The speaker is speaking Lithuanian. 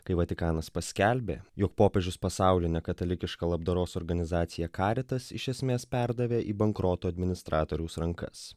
kai vatikanas paskelbė jog popiežius pasaulinę katalikišką labdaros organizaciją karitas iš esmės perdavė į bankroto administratoriaus rankas